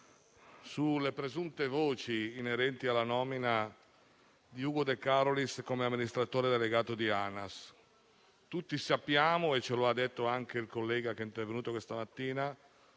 sulle presunte voci inerenti alla nomina di Ugo de Carolis come amministratore delegato di ANAS. Tutti sappiamo - lo ha ricordato anche il collega che è intervenuto questa mattina